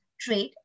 trade